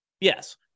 Yes